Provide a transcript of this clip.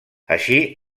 així